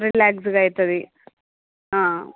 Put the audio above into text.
రిలాక్స్గా అవుతుంది